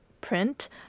print